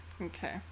Okay